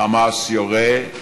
"חמאס" יורה,